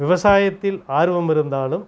விவசாயத்தில் ஆர்வம் இருந்தாலும்